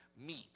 meet